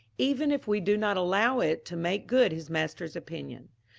even if we do not allow it to make good his master's opinion.